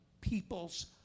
people's